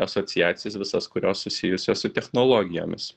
asociacijas visas kurios susijusios su technologijomis